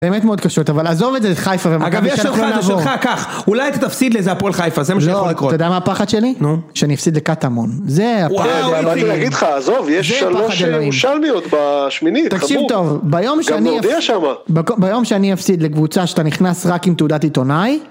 באמת מאוד קשות אבל עזוב את זה את חיפה, אגב יש אוחד או שלך כך אולי אתה תפסיד לאיזה הפועל חיפה זה מה שיכול לקרות, אתה יודע מה הפחד שלי? נו.. שאני אפסיד לקטמון, זה הפחד שלי, וואו מה אני רוצה להגיד לך עזוב יש שלוש ירושלמיות בשמינית, תקשיב טוב ביום שאני אפס.. גם מרביע שמה.. ביום שאני אפסיד לקבוצה שאתה נכנס רק עם תעודת עיתונאי